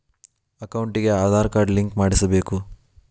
ಅಕೌಂಟಿಗೆ Aadhaar card link ಮಾಡಿಸಬೇಕು?